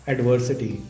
Adversity